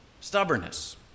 stubbornness